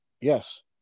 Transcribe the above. Yes